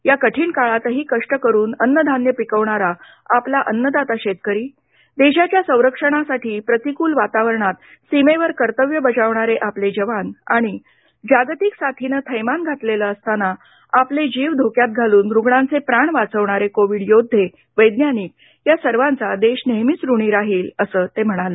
या कठीण काळातही कष्ट करून अन्न धान्य पिकवणारा आपला अन्नदाता शेतकरी देशाच्या संरक्षणासाठी प्रतिकूल वातावरणात सीमेवर कर्तव्य बजावणारे आपले जवान आणि जागतिक साथीनं थैमान घातलेलं असताना आपले जीव धोक्यात घालून रुग्णांचे प्राण वाचवणारे कोविड योद्धे वैज्ञानिक या सर्वांचा देश नेहेमीच ऋणी राहील असं ते म्हणाले